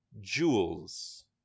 Jewels